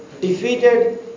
defeated